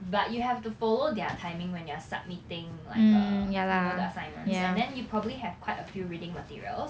but you have to follow their timing when you're submitting like uh you know the assignments and then you probably have quite a few reading materials